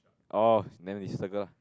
oh then we circle lah